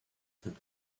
that